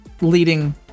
leading